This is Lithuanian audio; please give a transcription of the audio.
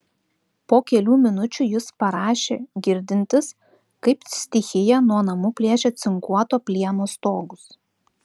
po kelių minučių jis parašė girdintis kaip stichija nuo namų plėšia cinkuoto plieno stogus